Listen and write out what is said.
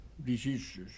diseases